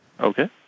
Okay